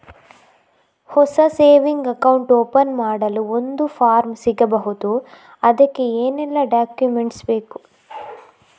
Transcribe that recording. ಹೊಸ saving account open ಮಾಡಲು ಒಂದು ಫಾರ್ಮ್ ಸಿಗಬಹುದು? ಅದಕ್ಕೆ ಏನೆಲ್ಲಾ ಡಾಕ್ಯುಮೆಂಟ್ಸ್ ಬೇಕು?